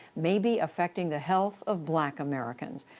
may be affecting the health of black americans.